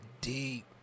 deep